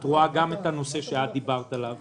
את רואה גם את הנושא שאת דיברת עליו